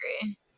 agree